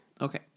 Okay